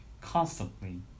constantly